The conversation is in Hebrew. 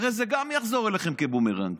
הרי גם זה יחזור אליכם כבומרנג,